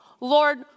Lord